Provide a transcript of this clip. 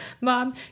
mom